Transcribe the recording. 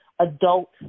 adult